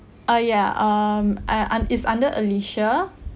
uh yeah um I un~ is under alicia